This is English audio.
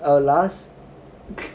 ah last